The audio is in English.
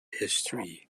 history